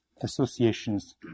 associations